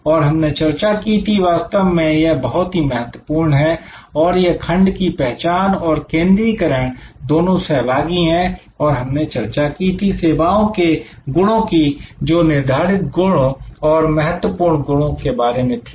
और हमने चर्चा की थी कि वास्तव में यह बहुत ही महत्वपूर्ण है और यह खंड की पहचान और केंद्रीकरण दोनों सहभागी हैं और हमने चर्चा की थी सेवाओं के गुणों की जो निर्धारित गुण और महत्वपूर्ण गुणों के बारे में थी